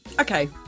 okay